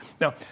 Now